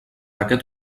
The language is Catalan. aquest